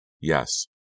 Yes